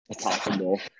possible